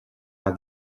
are